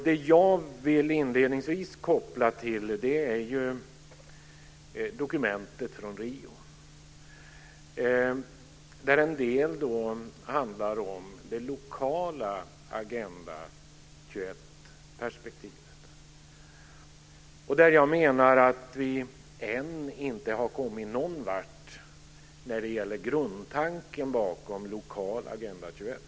Det jag inledningsvis vill koppla till är dokumentet från Rio, där en del handlar om det lokala Agenda 21-perspektivet. Jag menar att vi ännu inte har kommit någon vart när det gäller grundtanken bakom lokal Agenda 21.